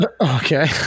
Okay